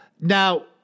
Now